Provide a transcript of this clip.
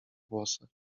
włosach